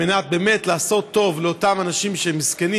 באמת על מנת לעשות טוב לאותם אנשים שהם מסכנים